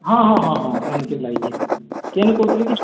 ହଁ ହଁ ହଁ ସେମ୍ତି ଲାଗିଛି କିରି କେନୁ କହୁଥିଲେ କି